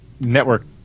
network